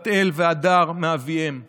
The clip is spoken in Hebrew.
בת אל והדר מאביהם ברוך,